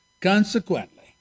Consequently